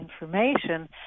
information